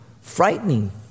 frightening